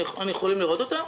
אנחנו יכולים לראות אותה?